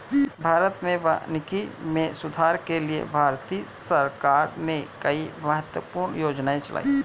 भारत में वानिकी में सुधार के लिए भारतीय सरकार ने कई महत्वपूर्ण योजनाएं चलाई